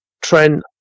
Trent